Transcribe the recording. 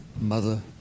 mother